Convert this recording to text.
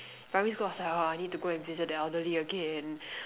primary school I was like !aww! I need to go and visit the elderly again